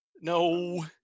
No